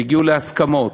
והגיעו להסכמות.